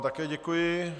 Také děkuji.